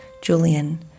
Julian